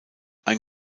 ein